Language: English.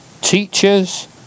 teachers